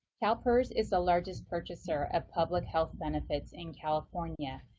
calpers is the largest purchaser of public health benefits in california,